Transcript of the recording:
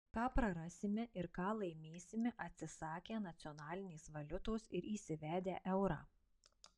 ką prarasime ir ką laimėsime atsisakę nacionalinės valiutos ir įsivedę eurą